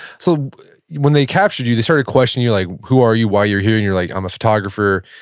so when they captured you they started questioning you. like who are you, why you're here. and you're like i'm a photographer,